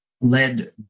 led